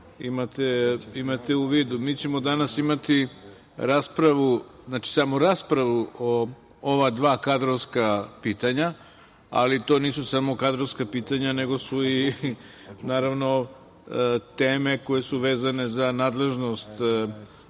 imate u vidu. Mi ćemo danas imati samo raspravu o ova dva kadrovska pitanja, ali to nisu samo kadrovska pitanja, nego su i teme koje su vezane za nadležnost